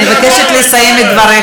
אני מבקשת לסיים את דבריך.